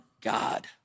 God